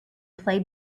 play